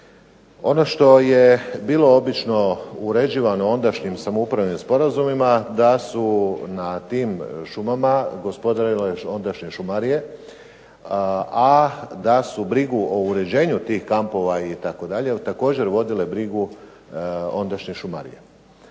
Ono što je bilo obično uređivano ondašnjim samoupravnim sporazumima da su na tim šumama gospodarile ondašnje šumarije a da su brigu o uređenju tih kampova itd. također vodile brigu ondašnje šumarije.